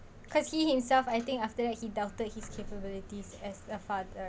cause he himself I think after he doubted his capabilities as a father